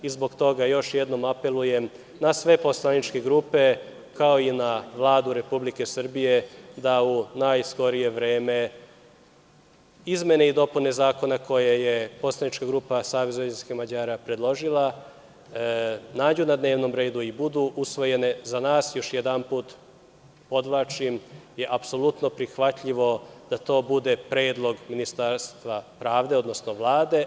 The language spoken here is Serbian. Zbog toga još jednom apelujem na sve poslaničke grupe, kao i na Vladu Republike Srbije da u najskorije vreme izmene i dopune zakona koje je poslanička grupa SVM predložila, nađu na dnevnom redu i budu usvojene, jer za nas, još jedanput podvlačim, je apsolutno prihvatljivo da to bude predlog Ministarstva pravde, odnosno Vlade.